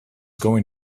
going